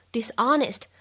Dishonest